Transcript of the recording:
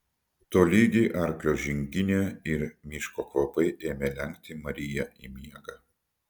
tolygi arklio žinginė ir miško kvapai ėmė lenkti mariją į miegą